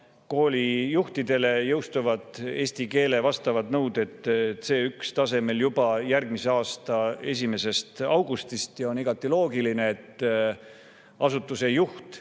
koolijuhtidele jõustuvad eesti keele vastavad nõuded C1‑tasemel juba järgmise aasta 1. augustist. Ja on igati loogiline, et asutuse juht